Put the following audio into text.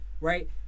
right